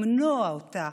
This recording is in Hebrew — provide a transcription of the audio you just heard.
למנוע אותה